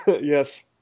Yes